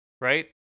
right